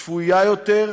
שפויה יותר,